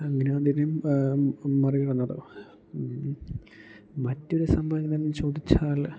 അങ്ങനെയാണു മറികടന്നത് മറ്റൊരു സംഭവമെന്താണെന്നു ചോദിച്ചാൽ